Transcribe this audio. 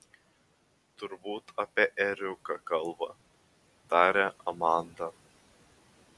turbūt apie ėriuką kalba tarė amanda